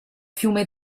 fiume